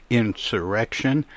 insurrection